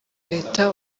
leta